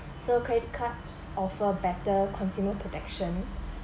so credit card offer better consumer protection